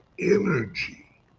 energy